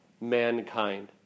mankind